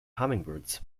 hummingbirds